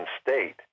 State